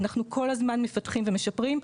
ואנחנו כל הזמן מפתחים ומשפרים.